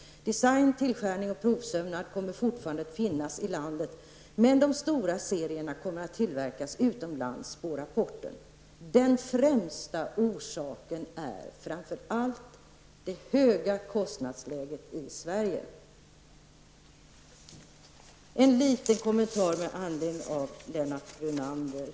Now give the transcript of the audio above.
Design, tillskärning och provsömnad kommer fortfarande att finnas kvar i landet, men de stora serierna kommer att tillverkas utomlands, spår rapporten. Den främsta orsaken är framför allt det höga kostnadsläget i Sverige.'' Så en kommentar med anledning av det som